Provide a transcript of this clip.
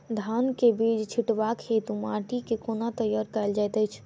धान केँ बीज छिटबाक हेतु माटि केँ कोना तैयार कएल जाइत अछि?